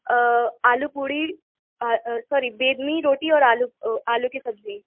آلو پوڑی اور ساری بیڈمی روٹی اور آلو آلو کی سبزی